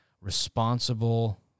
responsible